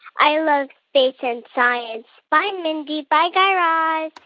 i love space and science. bye, mindy. bye, guy raz